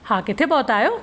हा किथे पहुता आहियो